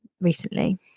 recently